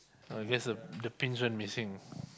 oh that's a the pins went missing